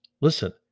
Listen